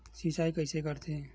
सिंचाई कइसे करथे?